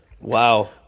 Wow